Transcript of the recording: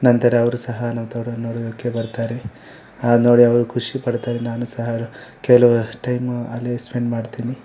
ನಂತರ ಅವರು ಸಹ ನನ್ನ ತೋಟವನ್ನು ನೋಡೋದಕ್ಕೆ ಬರ್ತಾರೆ ನೋಡಿ ಅವರು ಖುಷಿ ಪಡ್ತಾರೆ ನಾನು ಸಹ ಕೆಲವು ಟೈಮು ಅಲ್ಲೇ ಸ್ಪೆಂಡ್ ಮಾಡ್ತೀನಿ